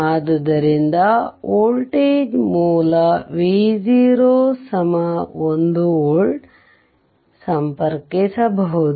ಆದ್ದರಿಂದ ವೋಲ್ಟೇಜ್ ಮೂಲ V0 1 volt ಸಂಪರ್ಕಿಸಬಹುದು